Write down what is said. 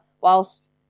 whilst